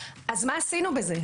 אז מה עשינו בזה?